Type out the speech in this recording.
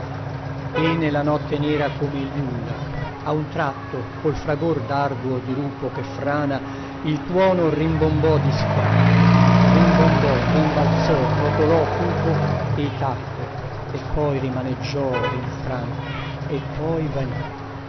e nella notte nera come il nulla a un tratto col fragor darduo dirupo che frana il tuono rimbombò di schianto rimbombò rimbalzò rotolò cupo e tacque e poi rimareggiò rinfranto e poi vanì